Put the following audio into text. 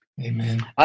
Amen